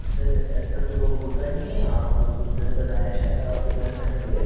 sir ऐसा तो होता नहीं है आप कुछ ग़लत बता रहे हैं शायद तक आपको कुछ ग़लत फ़हमी हुई है